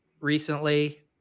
recently